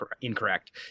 incorrect